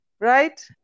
right